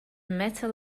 metal